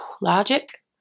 logic